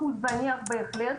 אחוז זניח בהחלט,